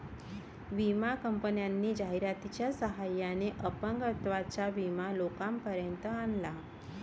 विमा कंपन्यांनी जाहिरातीच्या सहाय्याने अपंगत्वाचा विमा लोकांपर्यंत आणला